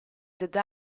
the